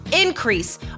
increase